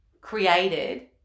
created